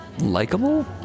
likable